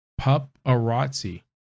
Paparazzi